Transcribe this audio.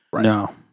No